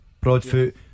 Broadfoot